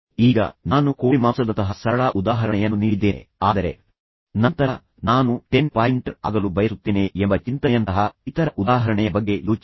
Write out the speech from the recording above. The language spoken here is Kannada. ಈಗ ನಾನು ಕೋಳಿಮಾಂಸದಂತಹ ಸರಳ ಉದಾಹರಣೆಯನ್ನು ನೀಡಿದ್ದೇನೆ ಆದರೆ ನಂತರ ನಾನು ಟೆನ್ ಪಾಯಿಂಟರ್ ಆಗಲು ಬಯಸುತ್ತೇನೆ ಎಂಬ ಚಿಂತನೆಯಂತಹ ಇತರ ಉದಾಹರಣೆಯ ಬಗ್ಗೆ ಯೋಚಿಸಿ